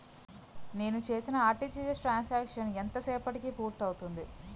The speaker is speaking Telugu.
నేను చేసిన ఆర్.టి.జి.ఎస్ త్రణ్ సాంక్షన్ ఎంత సేపటికి పూర్తి అవుతుంది?